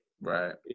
Right